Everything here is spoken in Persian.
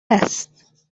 است